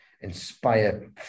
inspire